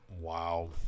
wow